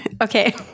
Okay